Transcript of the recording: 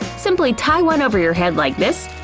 simply tie one over your head like this,